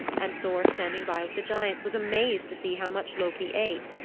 and thor standing by with the giants was amazed to see how much loki ate.